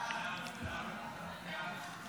ההצעה להעביר את הצעת חוק להענקת